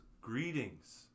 greetings